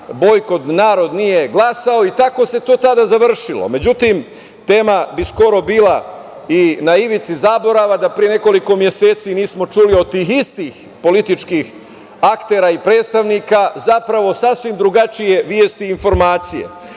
bojkot narod nije glasao i tako se to tada završilo.Međutim, tema je do skoro bila na ivici zaborava da pre nekoliko meseci nismo čuli od tih istih političkih aktera i predstavnika zapravo sasvim drugačije vesti i informacije.